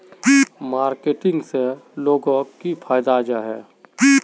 Marketing से लोगोक की फायदा जाहा?